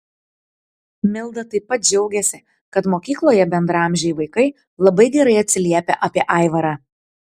milda taip pat džiaugiasi kad mokykloje bendraamžiai vaikai labai gerai atsiliepia apie aivarą